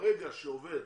ברגע שעובד